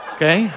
Okay